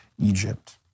Egypt